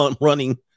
running